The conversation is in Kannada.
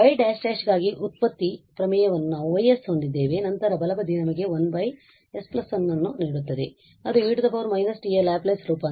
y′′ ಗಾಗಿ ವ್ಯುತ್ಪತ್ತಿ ಪ್ರಮೇಯವನ್ನು ನಾವು Y ಹೊಂದಿದ್ದೇವೆ ಮತ್ತು ನಂತರ ಬಲಬದಿಯು ನಮಗೆ 1 s1 ಅನ್ನು ನೀಡುತ್ತದೆ ಅದು e−t ಯ ಲ್ಯಾಪ್ಲೇಸ್ ರೂಪಾಂತರ